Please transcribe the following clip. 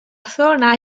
zona